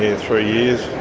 three years,